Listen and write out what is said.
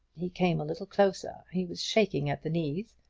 he came a little closer. he was shaking at the knees,